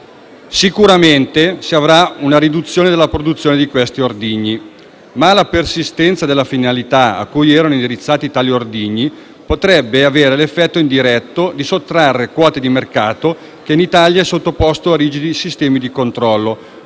Sicuramente si avrà una riduzione della produzione di questi ordigni, ma la persistenza della finalità a cui erano indirizzati tali ordigni potrebbe avere l'effetto indiretto di sottrarre quote di mercato a una filiera che comunque in Italia è sottoposta a rigidi sistemi di controllo,